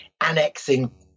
annexing